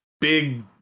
big